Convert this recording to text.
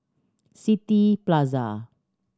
City Plaza